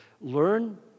learn